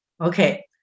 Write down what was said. Okay